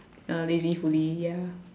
uh lazy fully ya